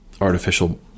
artificial